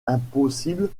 impossible